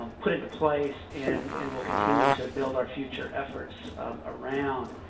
um put into place and and will continue to build our future efforts around.